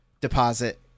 deposit